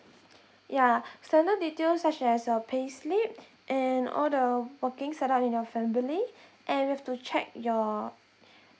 yeah standard details such as your payslip and all the working set up in your family and we have to check your